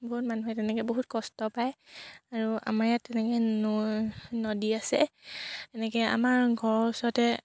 বহুত মানুহে তেনেকৈ বহুত কষ্ট পায় আৰু আমাৰ ইয়াত তেনেকৈ নৈ নদী আছে এনেকৈ আমাৰ ঘৰৰ ওচৰতে